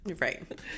right